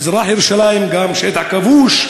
מזרח-ירושלים גם הוא שטח כבוש,